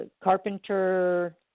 carpenter